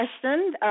question